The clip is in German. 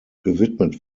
gewidmet